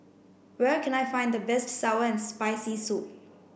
where can I find the best sour and spicy soup